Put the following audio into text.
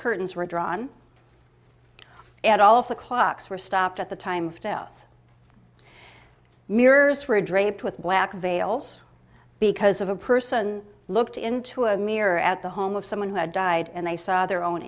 curtains were drawn and all of the clocks were stopped at the time of death mirrors were draped with black veils because of a person looked into a mirror at the home of someone who had died and they saw their own